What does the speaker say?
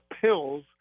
pills